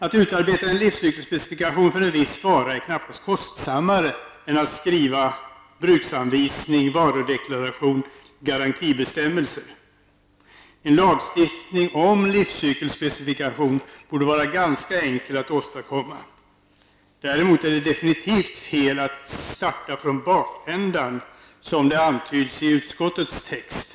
Att utarbeta en livscykelspecifikation för en viss vara är knappast kostsammare än att skriva bruksanvisning, varudeklaration och garantibestämmelser. En lagstiftning om livscykelspecifikation borde vara ganska enkel att åstadkomma. Däremot är det definitivt fel att starta från bakändan, som det antyds i utskottets text.